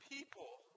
People